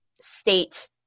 state